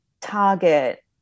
Target